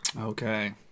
Okay